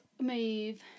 move